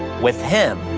with him,